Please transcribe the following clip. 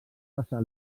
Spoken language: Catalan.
passar